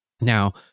Now